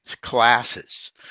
classes